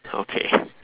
okay